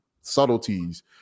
subtleties